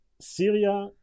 Syria